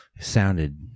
sounded